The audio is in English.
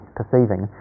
perceiving